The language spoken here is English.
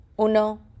uno